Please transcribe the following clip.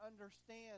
understand